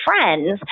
friends